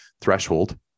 threshold